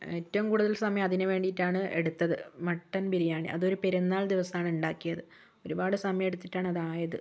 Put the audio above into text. എറ്റവും കൂടുതൽ സമയം അതിനുവേണ്ടിയിട്ടാണ് എടുത്തത് മട്ടൻ ബിരിയാണി അതൊരു പെരുന്നാൾ ദിവസമാണ് ഉണ്ടാക്കിയത് ഒരുപാട് സമയമെടുത്തിട്ടാണ് അത് ആയത്